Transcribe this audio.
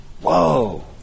Whoa